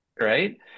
Right